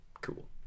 cool